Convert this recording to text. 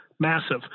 Massive